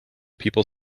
people